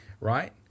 right